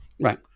Right